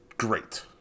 Great